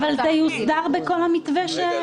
------ אבל זה יוסדר בכל המתווה שיוחלט.